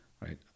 right